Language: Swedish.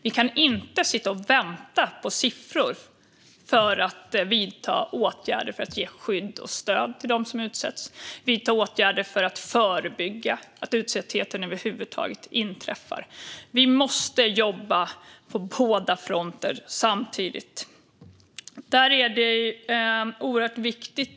Vi kan inte sitta och vänta på siffror för att vidta åtgärder för att ge skydd och stöd till dem som utsätts eller för att vidta åtgärder för att förebygga att utsattheten över huvud taget inträffar. Vi måste jobba på båda fronterna samtidigt.